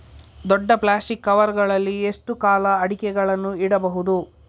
ದೊಡ್ಡ plastic cover ಗಳಲ್ಲಿ ಎಷ್ಟು ಕಾಲ ಅಡಿಕೆಗಳನ್ನು ಇಡಬಹುದು?